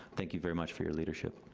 thank you very much for your leadership.